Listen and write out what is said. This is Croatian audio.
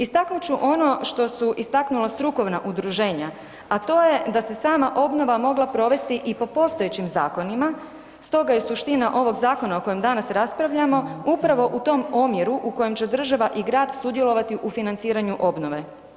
Istaknut ću ono što su istaknuta strukovna udružena, a to je da se sama obnova mogla provesti i po postojećim zakonima, stoga je suština ovog zakona o kojem dana raspravljamo upravo u tom omjeru u kojem će država i grad sudjelovati u financiranju obnove.